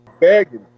Begging